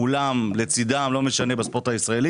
מול ולצד כל האנשים שנמצאים כאן בספורט הישראלי.